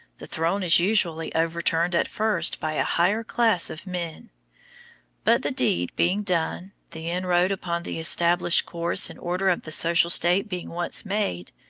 the throne is usually overturned at first by a higher class of men but the deed being done, the inroad upon the established course and order of the social state being once made,